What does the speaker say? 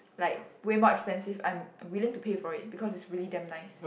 like way more expensive I'm willing to pay for it because is really damn nice